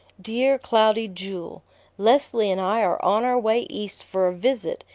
dear cloudy jewel leslie and i are on our way east for a visit,